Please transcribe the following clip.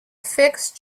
fixed